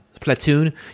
Platoon